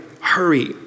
Hurry